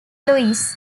louis